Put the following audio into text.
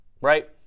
right